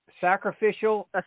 Sacrificial